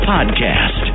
Podcast